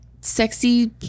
sexy